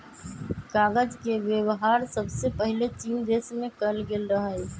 कागज के वेबहार सबसे पहिले चीन देश में कएल गेल रहइ